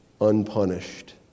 unpunished